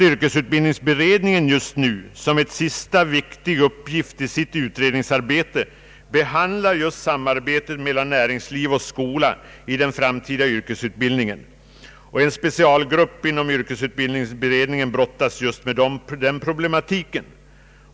Yrkesutbildningsberedningen behandlar som en sista viktig uppgift i sitt utredningsarbete just samarbetet mellan näringsliv och skola i den framtida yrkesutbildningen, och en specialgrupp inom =<:yrkesutbildningsberedningen brottas med den problematiken.